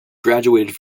graduated